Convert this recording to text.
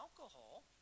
alcohol